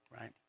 right